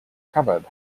covered